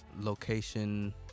location